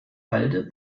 halde